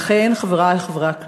חברי חברי הכנסת,